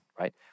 right